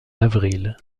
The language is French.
avril